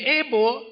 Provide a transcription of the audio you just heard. able